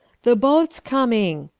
the boat's coming!